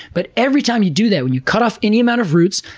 but every time you do that, when you cut off any amount of roots,